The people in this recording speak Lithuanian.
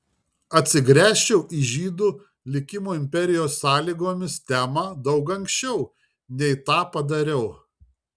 atsigręžčiau į žydų likimo imperijos sąlygomis temą daug anksčiau nei tą padariau